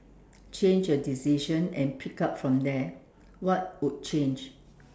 change a decision and pick up from there what would change